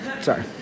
sorry